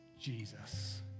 Jesus